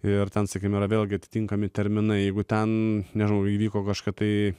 ir ten sakykime yra vėlgi atitinkami terminai jeigu ten nebuvo įvyko kažkas tai